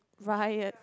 right ya